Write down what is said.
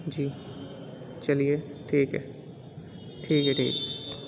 جی چلیے ٹھیک ہے ٹھیک ہے ٹھیک ہے